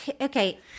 Okay